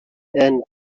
and